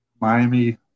Miami